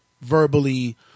verbally